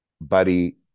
Buddy